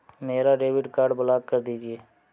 मेरा debit card block कर दीजिए